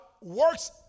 works